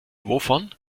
wovon